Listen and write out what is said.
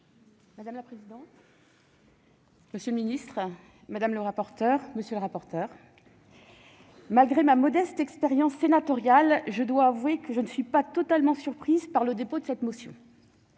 Madame la présidente, monsieur le ministre, mes chers collègues, malgré ma modeste expérience sénatoriale, je dois avouer que je ne suis pas totalement surprise par le dépôt de cette motion.